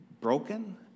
broken